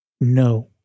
no